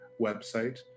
website